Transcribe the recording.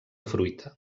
fruita